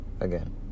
Again